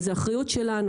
אז זה אחריות שלנו,